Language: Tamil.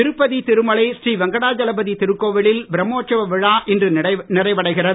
திருப்பதி திருமலை ஸ்ரீ வெங்கடாச்சலபதி திருக்கோவிலில் பிரம்மோற்சவ விழா இன்று நிறைவடைகிறது